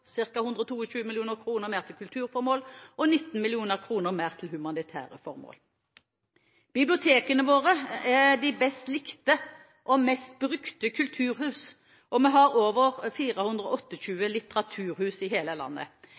mer til kulturformål og 19 mill. kr mer til humanitære formål. Bibliotekene er våre best likte og mest brukte kulturhus, og vi har over 428 litteraturhus i hele landet.